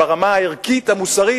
ברמה הערכית המוסרית,